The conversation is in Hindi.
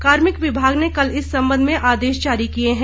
कार्मिक विभाग ने कल इस संबंध में आदेश जारी किए हैं